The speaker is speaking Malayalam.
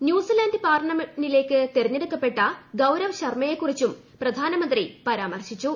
ന്യൂസിലന്റ് പാർലമെന്റില്ലേക്ക് തെരഞ്ഞെടുക്കപ്പെട്ട ഗൌരവ് ശർമ്മയെകുറിച്ചും പ്രധാനമന്ത്രി പരാമർശിച്ചു